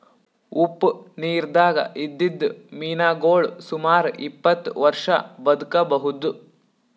ಉಪ್ಪ್ ನಿರ್ದಾಗ್ ಇದ್ದಿದ್ದ್ ಮೀನಾಗೋಳ್ ಸುಮಾರ್ ಇಪ್ಪತ್ತ್ ವರ್ಷಾ ಬದ್ಕಬಹುದ್